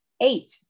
Eight